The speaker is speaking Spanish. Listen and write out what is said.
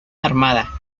armada